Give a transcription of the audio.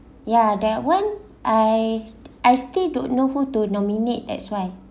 ya that one I I still don't know who to nominate that's why